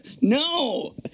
No